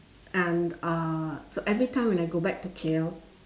and uh so every time when I go back to K_L